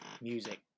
music